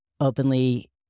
openly